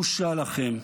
בושה לכם.